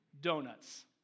donuts